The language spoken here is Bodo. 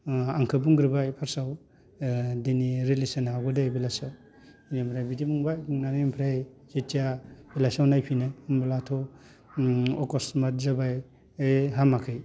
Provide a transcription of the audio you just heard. आंखौ बुंग्रोबाय फार्स्टाव दिनै रिलिज होनो हागौ दे बेलासियाव बेनिफ्राय बिदि बुंबाय बुंनानै बेनिफ्राय जिथिया बेलासियाव नायफिनो होनब्लाथ' अखसमाथ जाबाय ओइ हामाखै